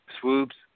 Swoops